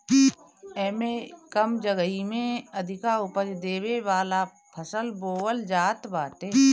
एमे कम जगही में अधिका उपज देवे वाला फसल बोअल जात बाटे